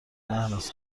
مهناز